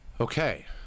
Okay